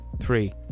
three